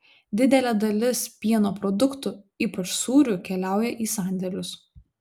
didelė dalis pieno produktų ypač sūrių keliauja į sandėlius